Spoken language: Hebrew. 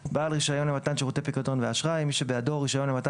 "בעל רישיון למתן שירותי פיקדון ואשראי" - מי שבידו רישיון למתן